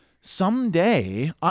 someday